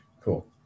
cool